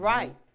Right